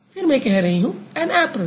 फिर मैं कह रही हूँ ऐन ऐप्रन